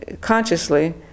consciously